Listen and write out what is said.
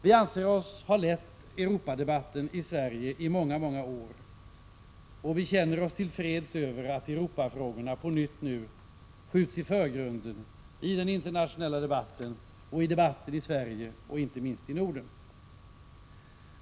Vi anser oss ha lett Europadebatten i många år, och vi känner oss till freds med att Europafrågorna nu på nytt skjuts i förgrunden i den internationella debatten liksom i debatten i Sverige och inte minst i Norden.